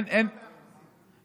כמה באחוזים?